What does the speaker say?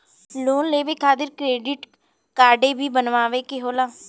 Loan लेवे खातिर credit काडे भी बनवावे के होला?